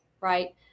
right